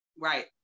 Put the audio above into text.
right